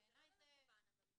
לא, זה לא במכוון.